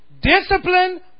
Discipline